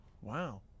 Wow